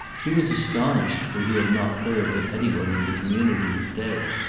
he was astonished, for he had not heard that anyone in the community was dead.